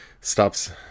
stops